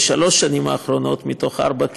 בשלוש השנים האחרונות מארבע,